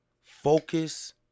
focus